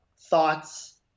thoughts